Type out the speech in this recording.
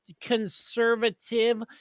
conservative